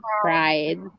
pride